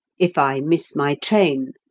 if i miss my train,